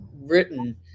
written